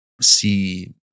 see